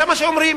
זה מה שאומרים.